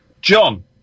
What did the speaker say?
John